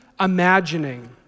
imagining